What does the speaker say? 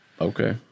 Okay